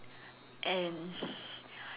and